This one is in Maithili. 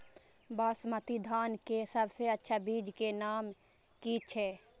बासमती धान के सबसे अच्छा बीज के नाम की छे?